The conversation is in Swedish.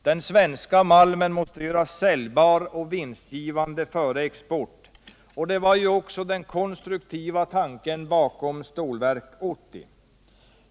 Den svenska malmen måste göras säljbar och vinstgivande före export, och det var också den konstruktiva tanken bakom Stålverk 80.